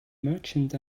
merchant